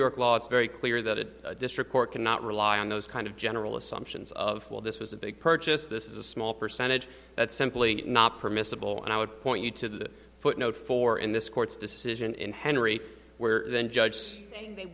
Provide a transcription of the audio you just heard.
york law it's very clear that a district court cannot rely on those kind of general assumptions of all this was a big purchase this is a small percentage that's simply not permissible and i would point you to the footnote for in this court's decision in henry where then judge